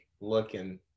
looking